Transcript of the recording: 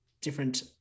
different